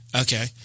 okay